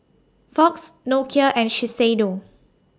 Fox Nokia and Shiseido